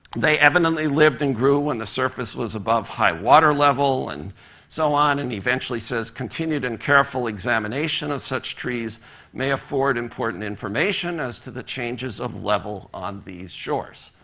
they evidently lived and grew when the surface was above high-water level, and so on, and eventually he says, continued and careful examination of such trees may afford important information as to the changes of level on these shores.